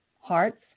hearts